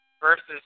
versus